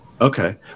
Okay